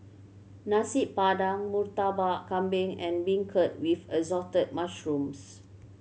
Nasi Padang Murtabak Kambing and beancurd with Assorted Mushrooms